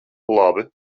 labi